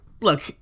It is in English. Look